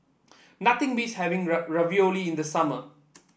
nothing beats having Ravioli in the summer